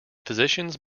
physicians